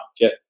get